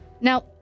Now